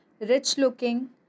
rich-looking